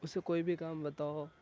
اسے کوئی بھی کام بتاؤ